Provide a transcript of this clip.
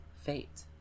fate